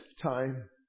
time